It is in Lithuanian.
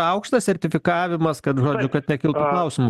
aukštas sertifikavimas kad žodžiu kad nekiltų klausimų